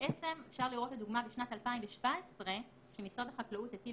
אפשר לראות לדוגמה בשנת 2017 שמשרד החקלאות הטיל